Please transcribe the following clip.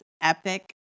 epic